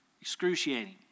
excruciating